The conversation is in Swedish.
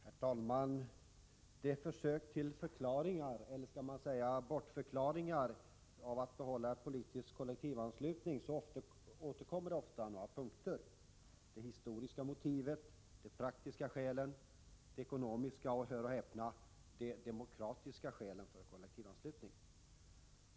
Herr talman! I försöken till förklaringar — eller skall man säga bortförklaringar — av motiven för att behålla politisk kollektivanslutning återkommer ofta några punkter: det historiska motivet, de praktiska skälen, de ekonomiska och, hör och häpna, de ”demokratiska” skälen.